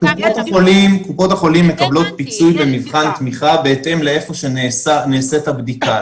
קופות החולים מקבלות פיצוי במבחן תמיכה בהתאם להיכן שנעשית הבדיקה.